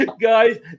guys